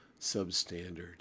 substandard